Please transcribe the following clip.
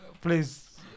Please